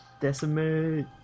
Decimate